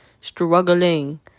struggling